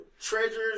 Treasures